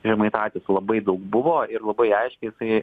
žemaitaitis labai daug buvo ir labai aiškiai jisai